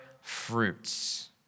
fruits